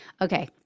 okay